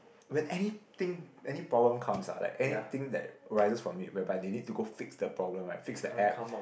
when anything any problem comes ah like anything that rises from it whereby they need to go fix the problem right fix the app